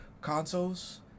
consoles